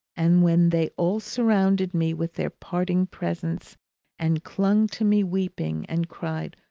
and when they all surrounded me with their parting presents and clung to me weeping and cried,